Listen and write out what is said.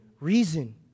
reason